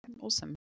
awesome